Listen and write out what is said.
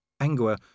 Angua